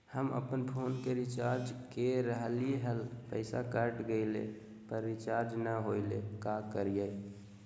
हम अपन फोन के रिचार्ज के रहलिय हल, पैसा कट गेलई, पर रिचार्ज नई होलई, का करियई?